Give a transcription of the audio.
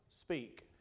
speak